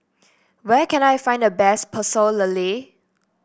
where can I find the best Pecel Lele